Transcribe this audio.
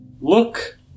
Look